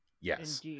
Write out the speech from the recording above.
yes